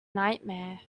nightmare